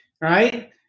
right